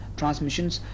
transmissions